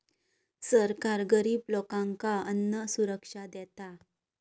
सरकार गरिब लोकांका अन्नसुरक्षा देता